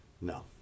No